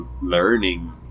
learning